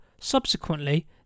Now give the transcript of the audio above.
subsequently